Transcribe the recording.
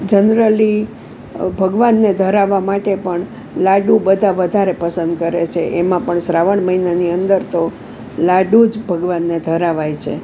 generally ભગવાનને ધરાવવા માટે પણ લાડુ બધા વધારે પસંદ કરે છે એમાં પણ શ્રાવણ મહિનાની અંદર તો લાડુ જ ભગવાનને ધરાવાય છે